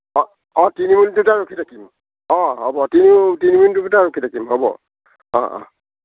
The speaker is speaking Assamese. অঁ অঁ তিনি ৰখি থাকিম অ হ'ব তিনি তিনি ৰখি থাকিম হ'ব অঁ অঁ